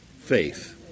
Faith